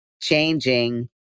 changing